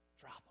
Drop